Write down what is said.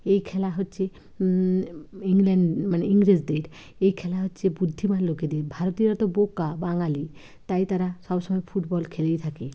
এই খেলা হচ্ছে ইংল্যাণ্ড মানে ইংরেজদের এই খেলা হচ্ছে বুদ্ধিমান লোকেদের ভারতীয়রা তো বোকা বাঙালি তাই তারা সবসময় ফুটবল খেলেই থাকে